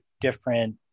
different